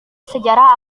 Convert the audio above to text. sejarah